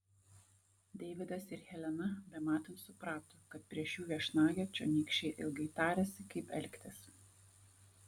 deividas ir helena bematant suprato kad prieš jų viešnagę čionykščiai ilgai tarėsi kaip elgtis